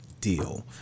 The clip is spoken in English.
deal